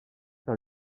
par